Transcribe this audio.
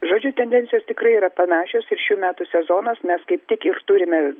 žodžiu tendencijos tikrai yra panašios ir šių metų sezonas mes kaip tik ir turime